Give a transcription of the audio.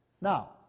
Now